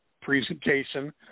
presentation